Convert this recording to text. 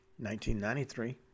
1993